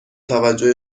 توجه